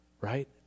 right